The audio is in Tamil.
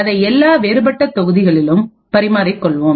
அதை எல்லா வேறுபட்ட தொகுதிகளும் பரிமாறிக் கொள்வோம்